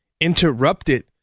interrupted